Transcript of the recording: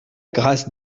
grâce